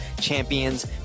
champions